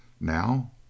Now